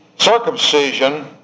Circumcision